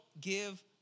give